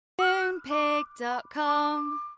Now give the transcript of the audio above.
Moonpig.com